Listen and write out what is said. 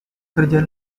kerja